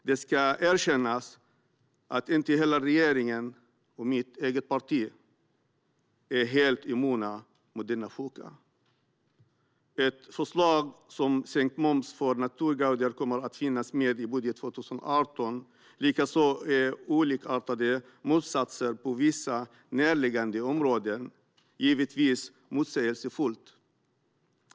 Det ska erkännas att inte heller regeringen och mitt eget parti är helt immuna mot denna sjuka. Ett förslag om sänkt moms för naturguider kommer att finnas med i budgeten för 2018. Olikartade momssatser på vissa närliggande områden är givetvis motsägelsefullt.